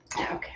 Okay